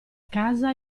casa